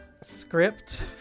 script